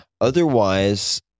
Otherwise